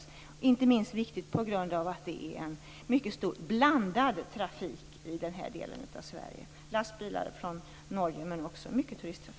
Det är inte minst viktigt på grund av att det är en mycket blandad trafik i den här delen av Sverige. Det är lastbilar från